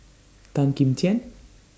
Tan Kim Tian